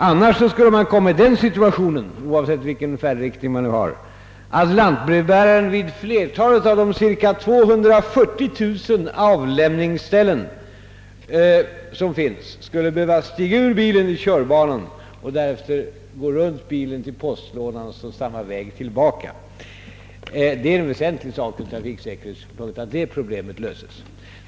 Annars skulle man komma i den situationen, oavsett vilken färdriktning man har, att lantbrevbäraren vid flertalet av de cirka 240 000 avlämningsställen som finns skulle behöva stiga ur bilen i körbanan och därefter gå runt bilen till postlådan och gå tillbaka samma väg. Det är en väsentlig sak ur trafiksäkerhetssynpunkt att det problemet löses.